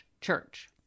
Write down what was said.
church